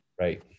Right